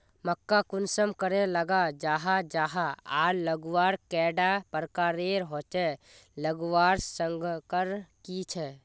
मक्का कुंसम करे लगा जाहा जाहा आर लगवार कैडा प्रकारेर होचे लगवार संगकर की झे?